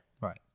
right